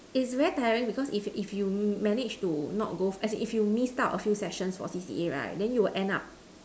it's very tiring because if if you m~ manage to not go as in if you missed out a few sessions for C_C_A right then you'll end up